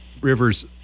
rivers